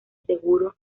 seguro